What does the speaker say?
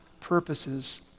purposes